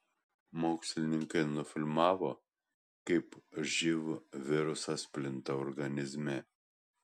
mokslininkai nufilmavo kaip živ virusas plinta organizme